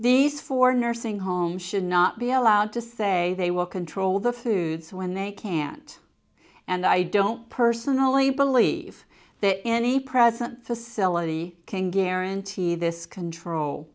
these for nursing home should not be allowed to say they will control the food so when they can't and i don't personally believe that any present facility can guarantee this control